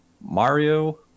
mario